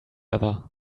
other